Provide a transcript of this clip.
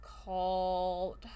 called